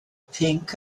pinc